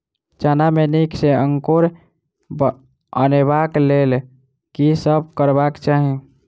चना मे नीक सँ अंकुर अनेबाक लेल की सब करबाक चाहि?